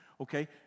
okay